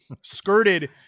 skirted